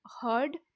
heard